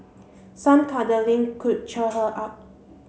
some cuddling could cheer her up